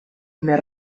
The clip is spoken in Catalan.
més